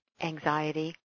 Anxiety